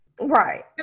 Right